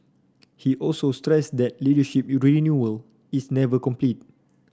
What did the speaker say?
he also stressed that leadership renewal is never complete